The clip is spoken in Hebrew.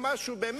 שהוא לא